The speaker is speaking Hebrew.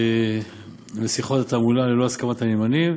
ושל שיחות תעמולה ללא הסכמת הנמענים,